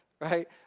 right